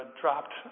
dropped